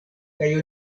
kaj